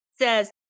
says